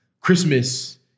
christmas